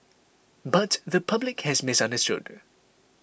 but the public has misunderstood